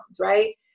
right